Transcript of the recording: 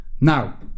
Now